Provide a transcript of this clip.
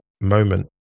moment